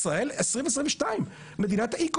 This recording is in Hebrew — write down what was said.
ישראל 2022. מדינת הייטק,